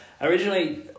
originally